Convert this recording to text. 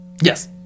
Yes